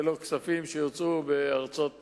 ולא כספים שיוצאו בארצות ניכר.